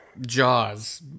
Jaws